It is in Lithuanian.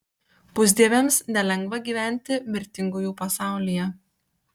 pusdieviams nelengva gyventi mirtingųjų pasaulyje